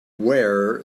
wear